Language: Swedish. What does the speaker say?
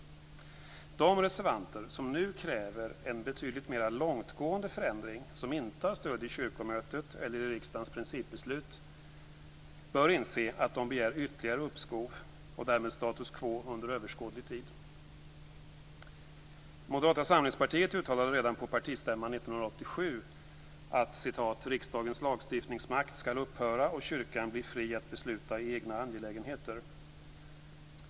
De reservanter som nu kräver en mer långtgående förändring, som inte har stöd i kyrkomötet eller i riksdagens principbeslut, bör inse att de begär ytterligare uppskov och därmed status quo under överskådlig tid. Moderata samlingspartiet uttalade redan på partistämman 1987 att "riksdagens lagstiftningsmakt skall upphöra och kyrkan bli fri att besluta i egna angelägenheter".